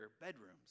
bedrooms